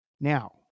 Now